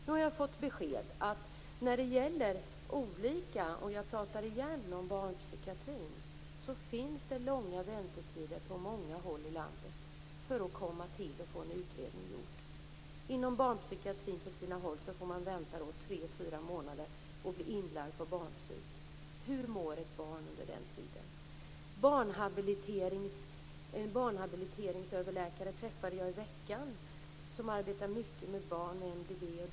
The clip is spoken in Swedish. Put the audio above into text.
Nu har jag fått beskedet att när det gäller barnpsykiatrin är det på många håll i landet långa väntetider för att komma och få en utredning gjord. Inom barnpsykiatrin får man på sina håll vänta tre fyra månader och bli inlagd på barnpsyk. Hur mår ett barn under den tiden? Jag träffade i veckan en barnhabiliteringsöverläkare som arbetar mycket med barn med MBD och DAMP.